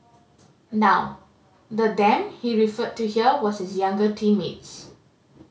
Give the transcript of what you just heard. now the them he referred to here was his younger teammates